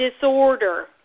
disorder